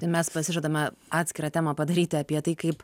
tai mes pasižadame atskirą temą padaryta apie tai kaip